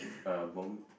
f~ uh bomb